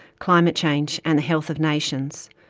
climate change and the health of nations.